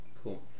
Cool